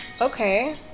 okay